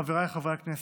חבריי חברי הכנסת,